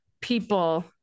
people